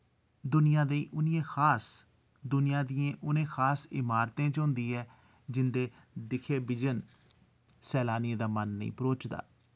दुनिया दे उ'नें खास दुनिया दियें उ'नें खास इमारतें च होंदी ऐ जिं'दे दिक्खे बिजन सैलानियें दा मन निं भरोचदा